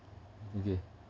okay